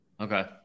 Okay